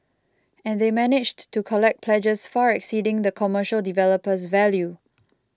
and they managed to collect pledges far exceeding the commercial developer's value